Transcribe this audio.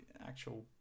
actual